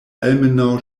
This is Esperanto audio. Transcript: almenaŭ